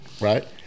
Right